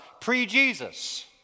pre-Jesus